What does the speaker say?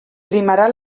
primarà